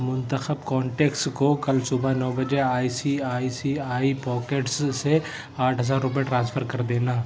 منتخب کانٹیکٹس کو کل صبح نو بجے I C I C I pockets سے آٹھ ہزار روپئے ٹرانسفر کر دینا